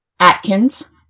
Atkins